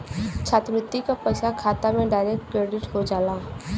छात्रवृत्ति क पइसा खाता में डायरेक्ट क्रेडिट हो जाला